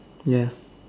ya